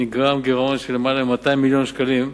נגרם גירעון של למעלה מ-200 מיליון שקלים.